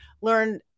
learn